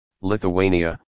Lithuania